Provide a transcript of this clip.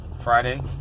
Friday